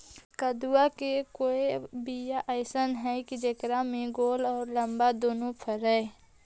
कददु के कोइ बियाह अइसन है कि जेकरा में गोल औ लमबा दोनो फरे?